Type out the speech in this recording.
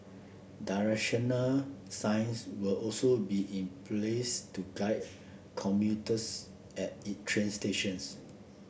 directional signs will also be in place to guide commuters at it train stations